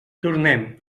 tornem